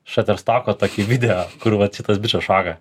šaterstoko tokį video kur vat šitas bičas šoka